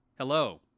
Hello